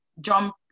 Jump